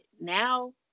now